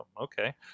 Okay